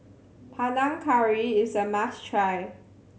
Panang Curry is a must try